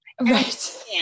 right